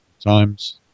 times